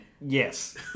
Yes